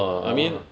no lah